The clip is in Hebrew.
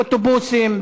באוטובוסים.